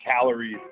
calories